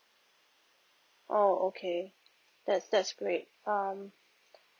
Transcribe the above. oh okay that's that's great um